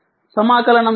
సమాకలనం చేస్తే 0